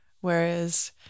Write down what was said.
whereas